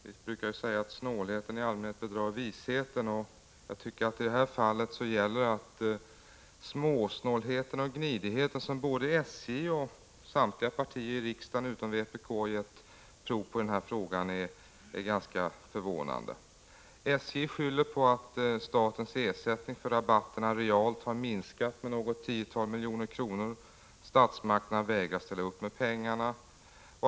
Det brukar sägas att snålheten i allmänhet bedrar visheten, och jag tycker att den småsnålhet och gnidighet som både SJ och samtliga politiska partier utom vpk har gett uttryck åt i den här frågan är ganska förvånande. SJ skyller på att statens ersättning för rabatterna realt har minskat med något tiotal miljoner. Statsmakterna vägrar att ställa upp med pengarna.